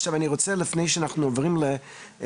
עכשיו אני רוצה לפני שאנחנו עוברים ---.